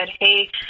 hey